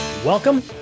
welcome